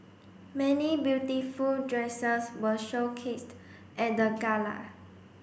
many beautiful dresses were showcased at the gala